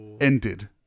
ended